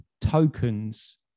tokens